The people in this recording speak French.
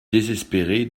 désespéré